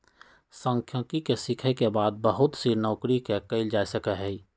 सांख्यिकी के सीखे के बाद बहुत सी नौकरि के कइल जा सका हई